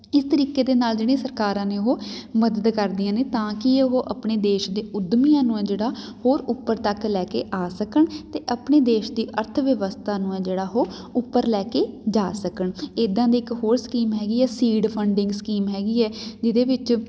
ਇਸ ਤਰੀਕੇ ਦੇ ਨਾਲ ਜਿਹੜੀ ਸਰਕਾਰਾਂ ਨੇ ਉਹ ਮਦਦ ਕਰਦੀਆਂ ਨੇ ਤਾਂ ਕਿ ਉਹ ਆਪਣੇ ਦੇਸ਼ ਦੇ ਉੱਦਮੀਆਂ ਨੂੰ ਆ ਜਿਹੜਾ ਹੋਰ ਉੱਪਰ ਤੱਕ ਲੈ ਕੇ ਆ ਸਕਣ ਅਤੇ ਆਪਣੇ ਦੇਸ਼ ਦੀ ਅਰਥ ਵਿਵਸਥਾ ਨੂੰ ਹੈ ਜਿਹੜਾ ਉਹ ਉੱਪਰ ਲੈ ਕੇ ਜਾ ਸਕਣ ਇੱਦਾਂ ਦੇ ਇੱਕ ਹੋਰ ਸਕੀਮ ਹੈਗੀ ਹੈ ਸੀਡ ਫੰਡਿੰਗ ਸਕੀਮ ਹੈਗੀ ਹੈ ਜਿਹਦੇ ਵਿੱਚ